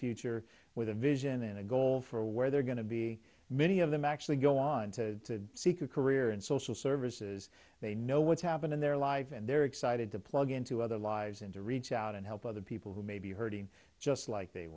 future with a vision and a goal for where they're going to be many of them actually go on to seek a career in social services they know what's happened in their life and they're excited to plug into other lives and to reach out and help other people who may be hurting just like they